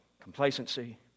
complacency